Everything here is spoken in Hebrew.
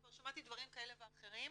כבר שמעתי דברים כאלה ואחרים,